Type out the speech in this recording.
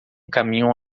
caminho